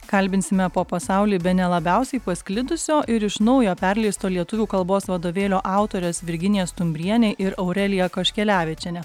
kalbinsime po pasaulį bene labiausiai pasklidusio ir iš naujo perleisto lietuvių kalbos vadovėlio autores virginiją stumbrienę ir aureliją kaškelevičienę